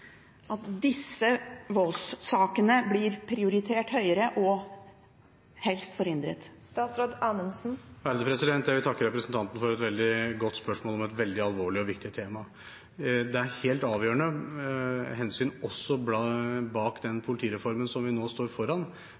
at disse voldssakene blir prioritert høyere – og helst forhindret? Jeg vil takke representanten for et veldig godt spørsmål om et veldig alvorlig og viktig tema. Det er helt avgjørende hensyn også bak den politireformen som vi nå står foran,